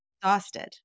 exhausted